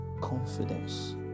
Confidence